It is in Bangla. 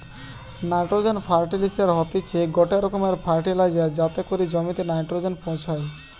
নাইট্রোজেন ফার্টিলিসের হতিছে গটে রকমের ফার্টিলাইজার যাতে করি জমিতে নাইট্রোজেন পৌঁছায়